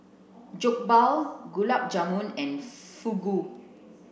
Jokbal Gulab Jamun and Fugu